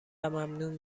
ممنون